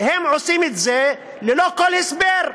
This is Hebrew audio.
עושים את זה ללא כל הסבר.